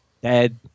dead